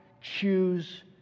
choose